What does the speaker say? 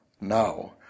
now